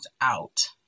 out